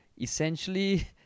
essentially